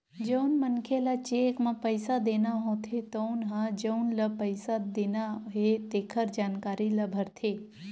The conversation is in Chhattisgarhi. जउन मनखे ल चेक म पइसा देना होथे तउन ह जउन ल पइसा देना हे तेखर जानकारी ल भरथे